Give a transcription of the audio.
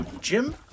Jim